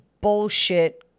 bullshit